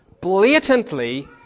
blatantly